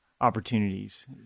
opportunities